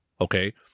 Okay